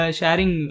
sharing